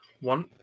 one